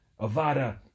Avada